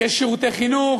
יש שירותי חינוך,